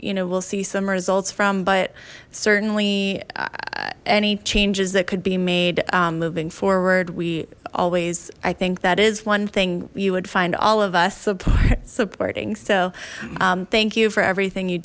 you know we'll see some results from but certainly any changes that could be made moving for word we always i think that is one thing you would find all of us support supporting so thank you for everything you